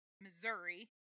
missouri